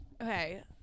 Okay